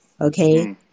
Okay